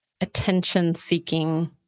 attention-seeking